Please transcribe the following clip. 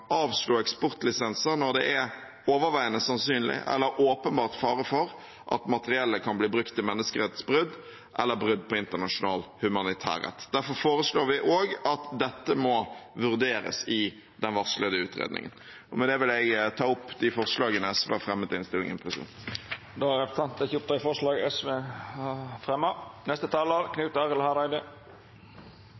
avslå eksportlisenser når det er overveiende sannsynlig eller åpenbart fare for at materiellet kan bli brukt til menneskerettighetsbrudd eller brudd på internasjonal humanitær rett. Derfor foreslår vi også at dette må vurderes i den varslede utredningen. Med det vil jeg ta opp de forslagene SV har fremmet i innstillingen. Representanten Audun Lysbakken har teke opp dei forslaga han refererte til. Noreg har